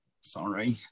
sorry